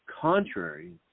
contrary